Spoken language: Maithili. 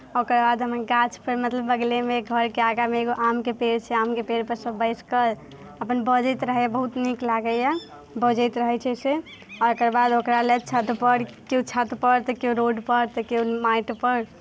ओकर बाद हमर गाछ पर मतलब बगलेमे घरके आगाँमे एगो आमके पेड़ छै आमके पेड़पर सभ बैसि कऽ अपन बजैत रहैए बहुत नीक लागैए बजैत रहैत छै से आओर एकर बाद ओकरा लेल छतपर केओ छतपर तऽ केओ रोडपर तऽ केओ माटिपर